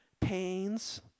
pains